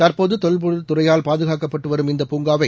தற்போது தொல்பொருள் துறையால் பாதுகாக்கப்பட்டு வரும் இந்தப் பூங்காவை